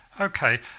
Okay